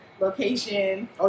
location